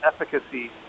efficacy